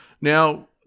Now